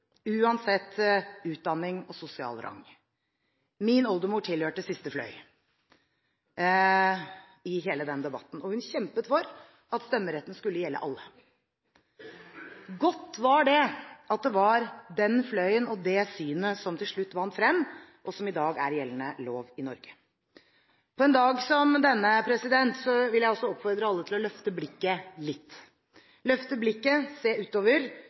uansett utdanning og sosial rang. Min oldemor tilhørte siste fløy i løpet av hele den debatten, og hun kjempet for at stemmeretten skulle gjelde alle. Godt var det at det var den fløyen og det synet som til slutt vant frem, og som i dag er gjeldende lov i Norge. På en dag som denne vil jeg oppfordre alle til å løfte blikket litt, løfte blikket, se utover